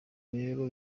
rero